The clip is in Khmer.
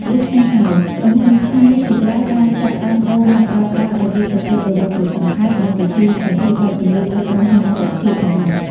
ដូច្នេះហើយ ក្រុមហ៊ុនខ្មែរជាច្រើនបានចាប់ផ្ដើមប្ដូរមកប្រើប្រាស់របៀបសរសេរប្រវត្តិរូបសង្ខេប និងវិធីសម្ភាសន៍បែបទំនើបដូចក្រុមហ៊ុនអន្តរជាតិផងដែរ។